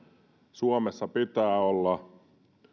suomessa pitää olla